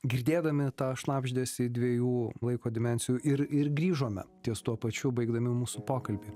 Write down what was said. girdėdami tą šnabždesį dviejų laiko dimensijų ir ir grįžome ties tuo pačių baigdami mūsų pokalbį